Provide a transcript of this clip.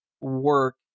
work